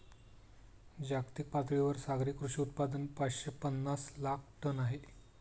जागतिक पातळीवर सागरी कृषी उत्पादन पाचशे पनास लाख टन आहे